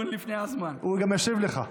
הוא גם ישיב לך.